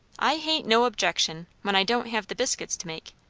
i hain't no objection when i don't have the biscuits to make.